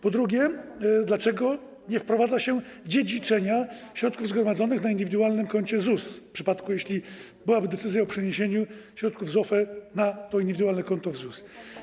Po drugie, dlaczego nie wprowadza się dziedziczenia środków zgromadzonych na indywidualnym koncie ZUS, w przypadku jeśli byłaby decyzja o przeniesieniu środków z OFE na to indywidualne konto w ZUS.